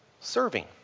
serving